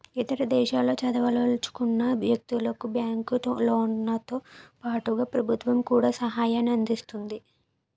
ఇతర దేశాల్లో చదవదలుచుకున్న వ్యక్తులకు బ్యాంకు లోన్లతో పాటుగా ప్రభుత్వం కూడా సహాయాన్ని అందిస్తుంది